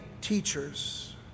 teachers